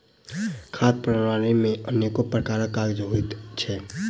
खाद्य प्रणाली मे अनेको प्रकारक काज होइत छै